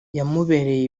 yamubereye